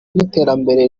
n’iterambere